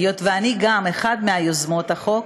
היות שאני גם אחת מיוזמות החוק,